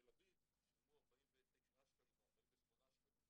תל אביב שילמו 49 שקלים או 48 שקלים.